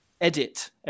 edit